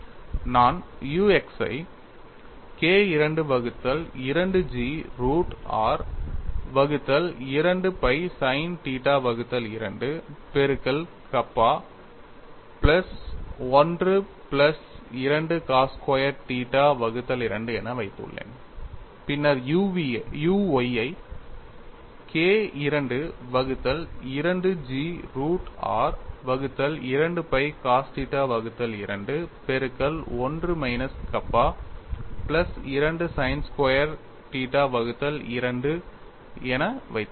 நான் u x ஐ K II வகுத்தல் 2 G root r 2 pi sin θ 2 பெருக்கல் kappa plus 1 plus 2 cos square θ 2 என வைத்துள்ளேன் பின்னர் u y ஐ K II வகுத்தல் 2 G root r 2 pi cos θ 2 பெருக்கல் 1 minus kappa plus 2 sin square θ 2 என வைத்துள்ளேன்